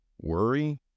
worry